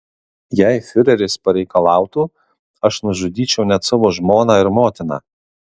jei fiureris pareikalautų aš nužudyčiau net savo žmoną ir motiną